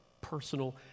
personal